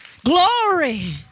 Glory